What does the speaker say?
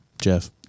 Jeff